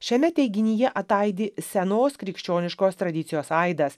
šiame teiginyje ataidi senos krikščioniškos tradicijos aidas